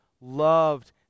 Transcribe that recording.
loved